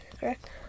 correct